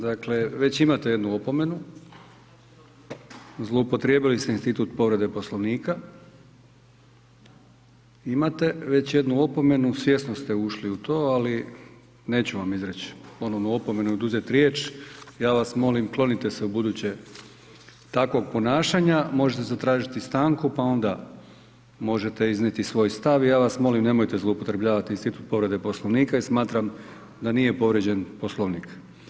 Dakle, već imate jednu opomenu, zloupotrijebili ste institut povrede Poslovnika, imate već jednu opomenu, svjesno ste ušli u to, ali neću vam izreć ponovnu opomenu i oduzet riječ, ja vas molim klonite se ubuduće takvog ponašanja, možete zatražiti stanku, pa onda možete iznijeti svoj stav i ja vas molim nemojte zloupotrebljavati institut povrede Poslovnika i smatram da nije povrijeđen Poslovnik.